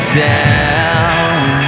down